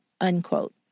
unquote